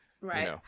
Right